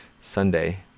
sunday